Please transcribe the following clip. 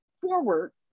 forward